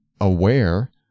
aware